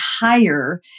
higher